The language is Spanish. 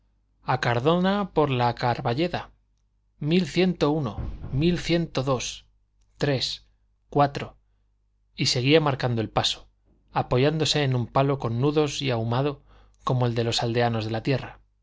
a cardona por la carbayeda mil ciento uno mil ciento dos tres cuatro y seguía marcando el paso apoyándose en un palo con nudos y ahumado como el de los aldeanos de la tierra